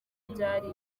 byari